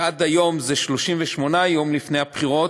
שעד היום זה 38 יום לפני הבחירות,